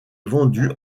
vendus